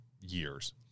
years